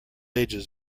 ages